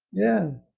yeah